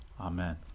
Amen